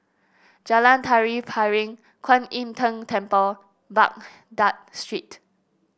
Jalan Tari Piring Kwan Im Tng Temple Baghdad Street